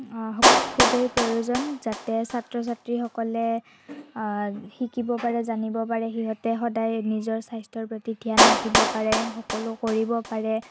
খুবেই প্ৰয়োজন যাতে ছাত্ৰ ছাত্ৰীসকলে শিকিব পাৰে জানিব পাৰে সিহঁতে সদায় নিজৰ স্বাস্থ্যৰ প্ৰতি ধ্যান ৰাখিব পাৰে সকলো কৰিব পাৰে